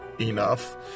enough